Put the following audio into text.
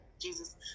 Jesus